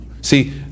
See